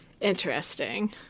Interesting